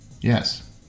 Yes